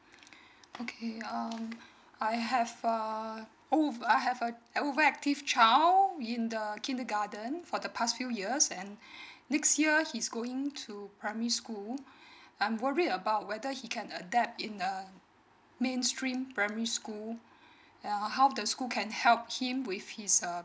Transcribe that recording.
okay um I have um I have uh over active child in the kindergarten for the past few years and next year he's going to primary school I'm worried about whether he can adapt in a mainstream primary school yeah how the school can help him with his uh